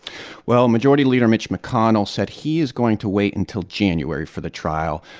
well, majority leader mitch mcconnell said he is going to wait until january for the trial.